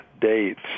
dates